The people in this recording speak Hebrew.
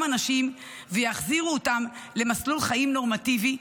אנשים ויחזירו אותם למסלול חיים נורמטיבי,